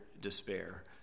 despair